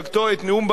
את נאום בר-אילן,